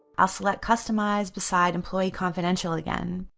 i'll select customize beside employee confidential again.